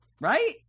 right